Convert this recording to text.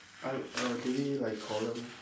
uh uh do we like call them